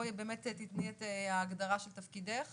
בואי באמת תיתני את ההגדרה של תפקידך